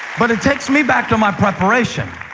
but it takes me back to my preparation.